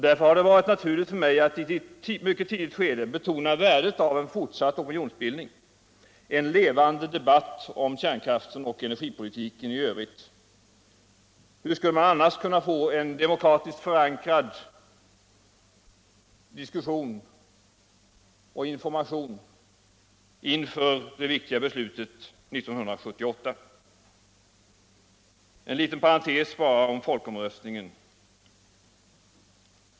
Därför har det varit naturligt för mig att i ett mycket tidigt skede betona värdet av en fortsatt opinionsbildning och en Ievande debatt om kärnkraften och energipo Hitiken i övrigt. Hur skulle man annars kunna få en demokratiskti förankrad diskussion och information inför det viktiga beslutet 1978? En liten parentes bara om folkomröstningen.